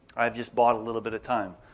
i've just bought a little bit of time.